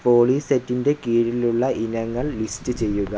പോളിസെറ്റിൻ്റെ കീഴിലുള്ള ഇനങ്ങൾ ലിസ്റ്റ് ചെയ്യുക